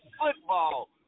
football